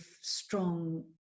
strong